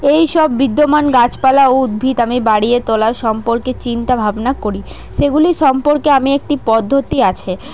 এইসব বিদ্যমান গাছপালা ও উদ্ভিদ আমি বাড়িয়ে তোলার সম্পর্কে চিন্তাভাবনা করি সেগুলি সম্পর্কে আমি একটি পদ্ধতি আছে